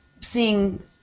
seeing